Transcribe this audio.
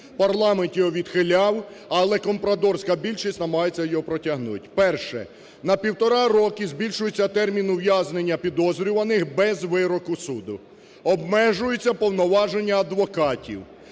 Парламент його відхиляв, але компрадорська більшість намагається його протягнути. Перше. На півтора роки збільшується термін ув'язнення підозрюваних без вироку суду. Обмежуються повноваження адвокатів.